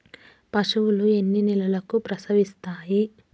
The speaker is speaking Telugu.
పశువులు ఎన్ని నెలలకు ప్రసవిస్తాయి?